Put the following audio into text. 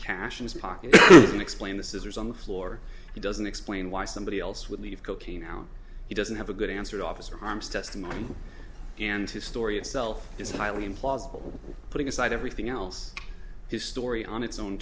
cash in his pocket and explain the scissors on the floor he doesn't explain why somebody else would leave cocaine around he doesn't have a good answer to officer harms testimony and his story itself is highly implausible putting aside everything else his story on its own